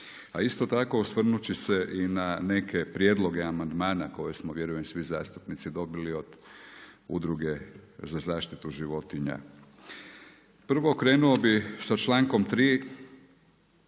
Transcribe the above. A isto tako osvrnut ću se i na neke prijedloge amandmana koje smo vjerujem i svi zastupnici dobili od Udruge za zaštitu životinja. Prvo krenuo bih sa člankom 3.